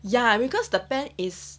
ya because the pen is